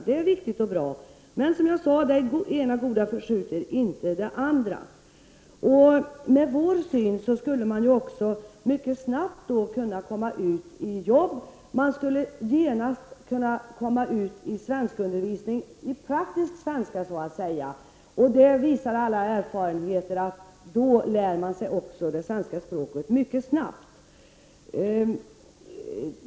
Det är viktigt och bra. Men, som jag sade, det ena goda förskjuter inte det andra. Med vår syn skulle de asylsökande också mycket snabbt kunna komma ut i arbete. De skulle genast kunna komma i gång med inläsning av så att säga praktisk svenska. All erfarenhet visar att det är på detta sätt människor lär sig språket mycket snabbt.